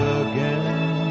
again